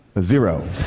zero